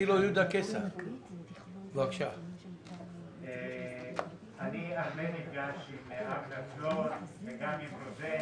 נפגש עם אבנר פלור, וגם עם רוזן